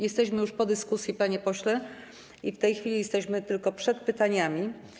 Jesteśmy już po dyskusji, panie pośle, i w tej chwili jesteśmy tylko przed pytaniami.